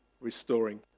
restoring